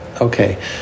okay